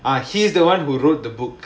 ah he's the [one] who wrote the book